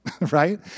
right